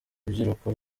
rubyiruko